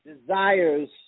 desires